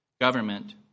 government